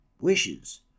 wishes